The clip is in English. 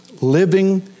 Living